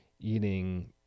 eating